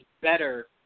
better